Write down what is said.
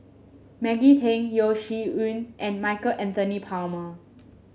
Maggie Teng Yeo Shih Yun and Michael Anthony Palmer